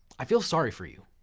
i feel sorry for you.